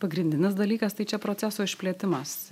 pagrindinis dalykas tai čia proceso išplėtimas